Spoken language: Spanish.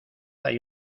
hay